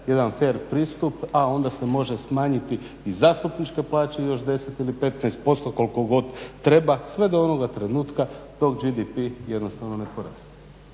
jedan fer pristup, a onda se može smanjiti i zastupničke plaće još 10 ili 15% koliko god treba sve do onoga trenutka dok GDP jednostavno ne poraste.